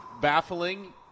baffling